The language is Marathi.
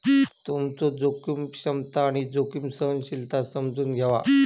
तुमचो जोखीम क्षमता आणि जोखीम सहनशीलता समजून घ्यावा